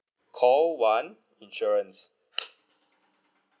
call one insurance